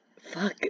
Fuck